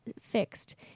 fixed